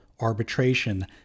arbitration